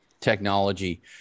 technology